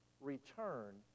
return